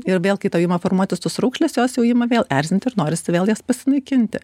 ir vėl kai tau ima formuotis tos raukšlės jos jau ima vėl erzinti ir norisi vėl jas pasinaikinti